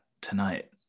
tonight